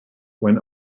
when